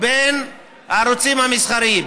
בין הערוצים המסחריים.